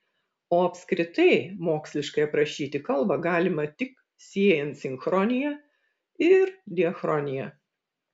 o apskritai moksliškai aprašyti kalbą galima tik siejant sinchronija ir diachroniją